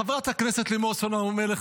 חברת הכנסת לימור סון הר מלך,